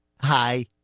hi